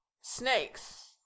Snakes